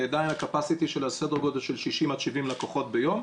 עדיין הקפסיטי שלה סדר גודל של 70-60 לקוחות ביום.